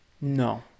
No